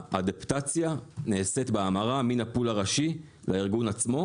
והאדפטציה נעשית בהמרה מן הפול הראשי לארגון עצמו,